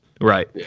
Right